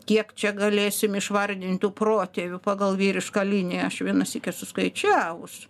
kiek čia galėsim išvardint tų protėvių pagal vyrišką liniją aš vienąsyk esu skaičiavus